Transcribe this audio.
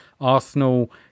Arsenal